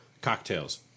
cocktails